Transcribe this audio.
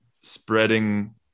spreading